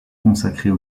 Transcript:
consacrées